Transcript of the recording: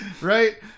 Right